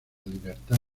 libertad